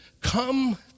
come